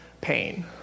pain